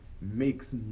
makes